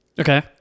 Okay